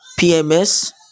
pms